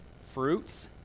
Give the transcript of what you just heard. fruits